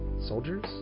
soldiers